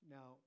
Now